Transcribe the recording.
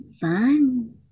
fun